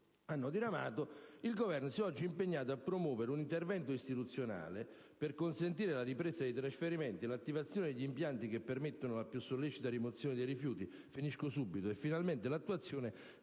diramato, si è oggi impegnato a promuovere un intervento istituzionale per consentire la ripresa dei trasferimenti e l'attivazione degli impianti che permettano la più sollecita rimozione dei rifiuti e, finalmente, l'attuazione